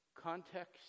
Context